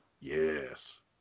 Yes